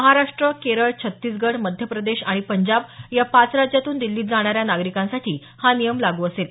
महाराष्ट्र केरळ छत्तीसगढ मध्य प्रदेश आणि पंजाब या पाच राज्यांतून दिल्लीत जाणाऱ्या नागरिकांसाठी हा नियम लागू असेल